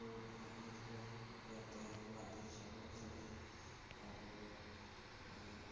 মানুহ আহিয়ে থাকে ইয়াতে গুৱাহাটীত চাবৰ কাৰণে আৰু